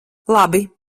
labi